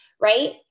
right